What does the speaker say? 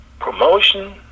promotion